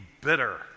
bitter